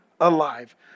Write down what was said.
alive